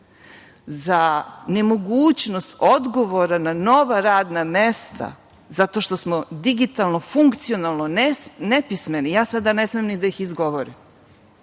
za nemogućnost odgovora na nova radna mesta zato što smo digitalno, funkcionalno nepismeni, ja sada ne smeme ni da ih izgovorim,